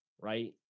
right